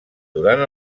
durant